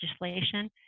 legislation